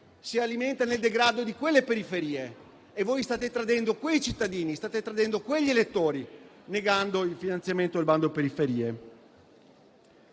disagio, nel degrado di quelle periferie. E voi state tradendo quei cittadini, quegli elettori negando il finanziamento al bando periferie.